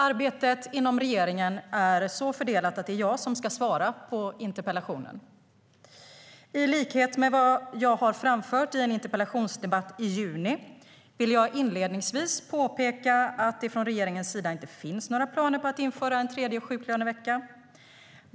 Arbetet inom regeringen är så fördelat att det är jag som ska svara på interpellationen. I likhet med vad jag har framfört i en interpellationsdebatt i juni vill jag inledningsvis påpeka att det från regeringens sida inte finns några planer på att införa en tredje sjuklönevecka.